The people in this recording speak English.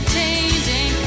Changing